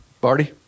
Barty